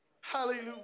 Hallelujah